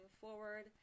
forward